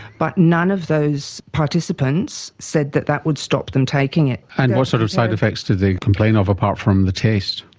but none of those participants said that that would stop them taking it. and what sort of side effects did they complain of apart from the taste?